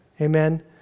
Amen